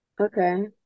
Okay